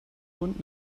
bund